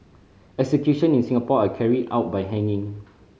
execution in Singapore are carried out by hanging